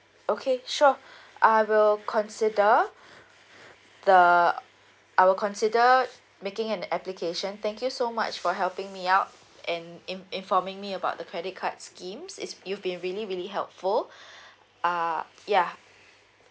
okay sure I will consider the I will consider making an application thank you so much for helping me out in in informing me about the credit card schemes it's you've been really really helpful uh ya